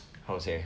how to say